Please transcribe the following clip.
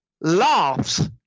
laughs